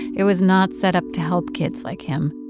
it was not set up to help kids like him.